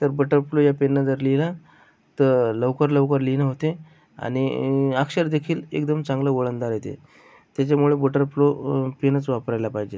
तर बटरफ्लो या पेननं जर लिहिलं तर लवकर लवकर लिहिणं होते आणि अक्षर देखील एकदम चांगलं वळणदार येते त्याच्यामुळे बटरफ्लो पेनच वापरायला पाहिजेत